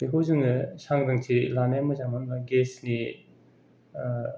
बेखौ जोंङो सांग्रांथि लानाया मोजां मानोहोबा गेसनि